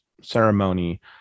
ceremony